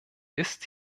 ist